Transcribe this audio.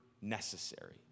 necessary